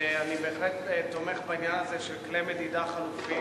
שאני בהחלט תומך בעניין הזה של כלי מדידה חלופיים,